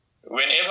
whenever